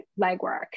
legwork